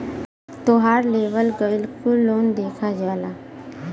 तोहार लेवल गएल कुल लोन देखा जाला